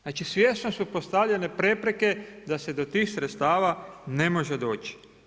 Znači svjesno su postavljene prepreke da se do tih sredstava ne može doći.